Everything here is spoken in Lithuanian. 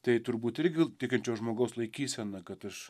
tai turbūt irgi tikinčio žmogaus laikysena kad aš